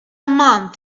month